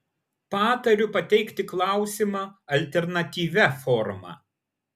patariu pateikti klausimą alternatyvia forma